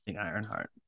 Ironheart